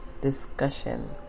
discussion